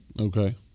Okay